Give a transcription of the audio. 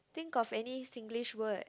think of any Singlish word